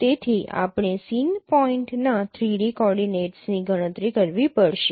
તેથી આપણે સીન પોઇન્ટના 3D કોઓર્ડિનેટ્સની ગણતરી કરવી પડશે